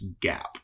gap